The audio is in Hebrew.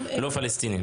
לא פלסטינים.